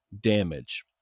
damage